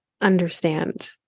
understand